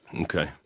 Okay